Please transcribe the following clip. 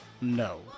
No